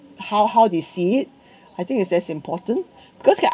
how how they see it I think it's as important